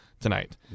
tonight